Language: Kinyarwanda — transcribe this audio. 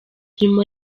nyuma